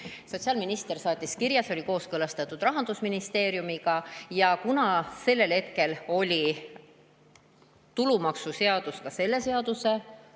sotsiaalminister saatis kirja, see oli kooskõlastatud Rahandusministeeriumiga. Ja kuna sellel hetkel oli tulumaksuseadus ka selle seaduse